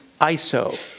iso